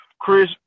Chris